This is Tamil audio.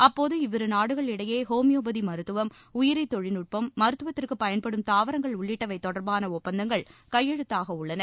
அப்போது இவ்விரு நாடுகள் இடையே இஹோமியோபதி மருத்துவம் உயிரி தொழில்நுட்பம் மருத்துவத்திற்கு பயன்படும் தாவரங்கள் உள்ளிட்டவை தொடர்பான ஒப்பந்தங்கள் கையெழுத்தாக உள்ளன